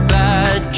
bad